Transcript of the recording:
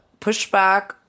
pushback